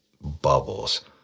bubbles